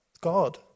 God